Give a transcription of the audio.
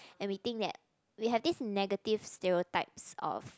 and we think that we have this negative stereotypes of